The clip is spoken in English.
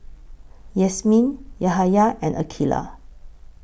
Yasmin Yahaya and Aqilah